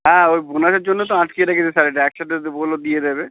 হ্যাঁ ওই বোনাসের জন্য তো আটকে রেখেছে স্যালারিটা একসাথে দ্ বলল দিয়ে দেবে